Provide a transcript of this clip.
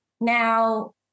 Now